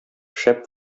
шәп